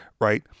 right